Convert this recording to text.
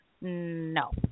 No